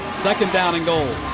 second down and goal.